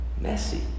Messy